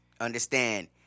understand